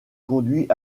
conduit